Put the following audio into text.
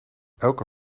elke